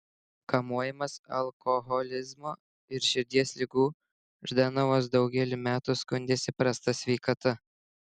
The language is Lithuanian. kamuojamas alkoholizmo ir širdies ligų ždanovas daugelį metų skundėsi prasta sveikata